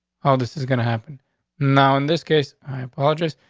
oh, this is gonna happen now, in this case, i apologised.